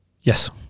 Yes